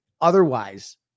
Otherwise